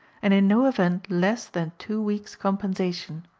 and in no event less than two weeks' compensation.